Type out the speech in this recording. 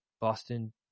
boston